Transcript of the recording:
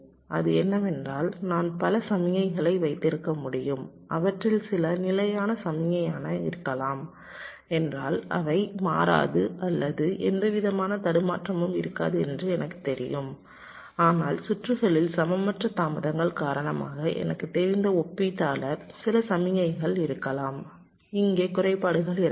அது என்னவென்றால் நான் பல சமிக்ஞைகளை வைத்திருக்க முடியும் அவற்றில் சில நிலையான சமிக்ஞையாக இருக்கலாம் என்றால் அவை மாறாது அல்லது எந்தவிதமான தடுமாற்றமும் இருக்காது என்று எனக்குத் தெரியும் ஆனால் சுற்றுகளில் சமமற்ற தாமதங்கள் காரணமாக எனக்குத் தெரிந்த ஒப்பீட்டாளர் சில சமிக்ஞைகள் இருக்கலாம் இங்கே குறைபாடுகள் இருக்கலாம்